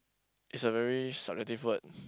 is a very subjective word